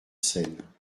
scène